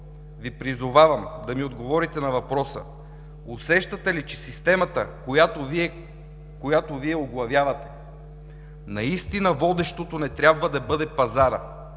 Ви призовавам да ми отговорите на въпроса: усещате ли, че в системата, която Вие оглавявате, наистина водещото не трябва ли да бъде пазарът?